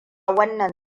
wannan